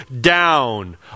down